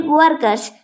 workers